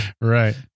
Right